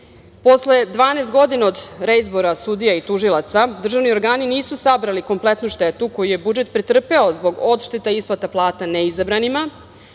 Posle 12 godina od reizbora sudija i tužilaca, državni organi nisu sabrali kompletnu štetu koju je budžet pretrpeo zbog odšteta isplata plata neizabranima,